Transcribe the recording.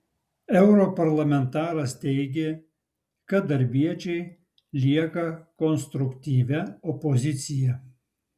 europarlamentaras teigė kad darbiečiai lieka konstruktyvia opozicija